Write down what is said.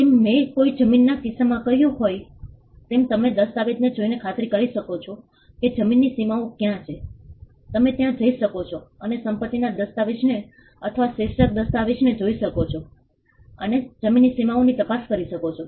જેમ મેં કોઈ જમીનના કિસ્સામાં કહ્યું હતું તેમ તમે દસ્તાવેજને જોઈને ખાતરી કરી શકો છો કે જમીનની સીમાઓ ક્યાં છે તમે ત્યાં જઈ પણ શકો છો અને સંપતિના દસ્તાવેજને અથવા શીર્ષક દસ્તાવેજને જોઈ શકો છો અને જમીનની સીમાઓની તપાસ કરી શકો છો